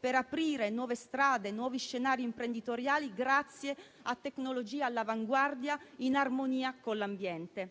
per aprire nuove strade e nuovi scenari imprenditoriali grazie a tecnologie all'avanguardia, in armonia con l'ambiente.